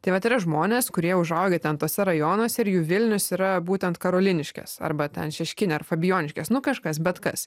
tai vat yra žmonės kurie užaugę ten tuose rajonuose ir jų vilnius yra būtent karoliniškės arba ten šeškinė ar fabijoniškės nu kažkas bet kas